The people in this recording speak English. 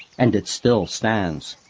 and it still stands.